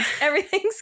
Everything's